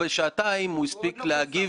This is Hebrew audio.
אדוני יעשה את הפרשנות שהוא רוצה.